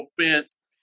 fence